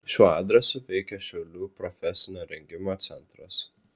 šiuo adresu veikia šiaulių profesinio rengimo centras